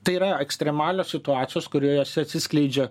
tai yra ekstremalios situacijos kuriose atsiskleidžia